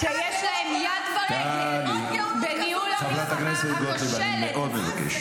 טלי, טלי, בבקשה.